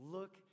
Look